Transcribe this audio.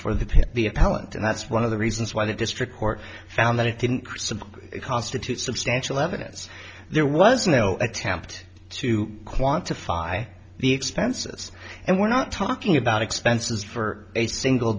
for the pain the appellant and that's one of the reasons why the district court found that it didn't crucible constitute substantial evidence there was no attempt to quantify the expenses and we're not talking about expenses for a single